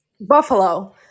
buffalo